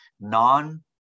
non